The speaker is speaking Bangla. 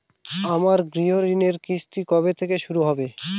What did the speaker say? আমার গৃহঋণের কিস্তি কবে থেকে শুরু হবে?